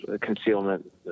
concealment